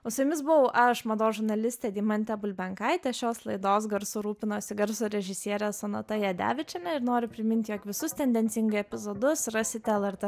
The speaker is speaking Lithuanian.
o su jumis buvau aš mados žurnalistė deimantė bulbenkaitė šios laidos garsu rūpinosi garso režisierė sonata jadevičienė ir noriu priminti jog visus tendencingai epizodus rasite lrt